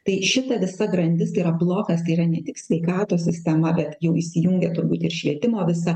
tai šita visa grandis yra blokas tai yra ne tik sveikatos sistema bet jau įsijungia turbūt ir švietimo visa